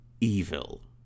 evil